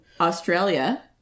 Australia